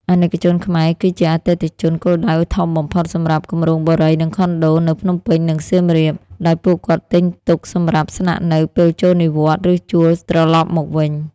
អាណិកជនខ្មែរគឺជាអតិថិជនគោលដៅធំបំផុតសម្រាប់ "គម្រោងបុរី និងខុនដូ" នៅភ្នំពេញ និងសៀមរាប ដោយពួកគាត់ទិញទុកសម្រាប់ស្នាក់នៅពេលចូលនិវត្តន៍ ឬជួលត្រឡប់មកវិញ។